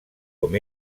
com